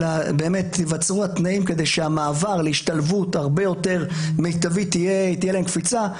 אלא ייווצרו התנאים כדי שהמעבר להשתלבות הרבה יותר מיטבית תהיה בקפיצה.